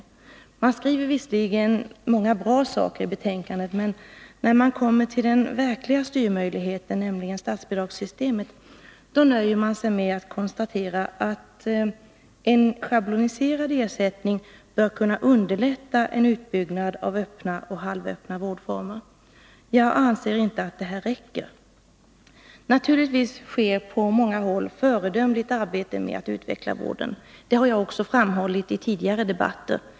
Utskottet skriver visserligen många bra saker i betänkandet, men när man kommer till den verkliga styrmöjligheten, nämligen statsbidragssystemet, nöjer man sig med att konstatera att en schabloniserad ersättning bör kunna underlätta en utbyggnad av öppna och halvöppna vårdformer. Jag anser inte att detta räcker. Naturligvis sker på många håll ett föredömligt arbete med att utveckla vården. Det har jag framhållit i tidigare debatter.